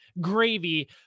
gravy